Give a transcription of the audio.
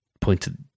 pointed